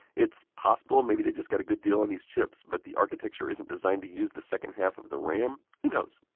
it's possible maybe they just got a good deal on these chips but the architecture isn't designed to use the second half of the ram. who knows.